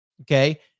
okay